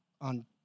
on